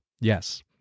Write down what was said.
Yes